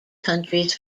countries